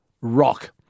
rock